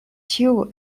ĉiu